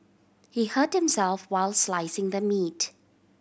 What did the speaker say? he hurt himself while slicing the meat